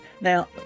Now